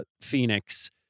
Phoenix